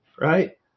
right